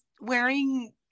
wearing